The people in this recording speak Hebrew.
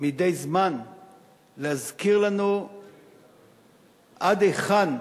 מדי זמן להזכיר לנו עד היכן,